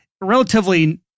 relatively